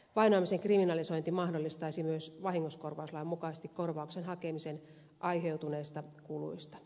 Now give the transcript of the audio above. vainoamisen kriminalisointi mahdollistaisi myös vahingonkorvauslain mukaisesti korvauksen hakemisen aiheutuneista kuluista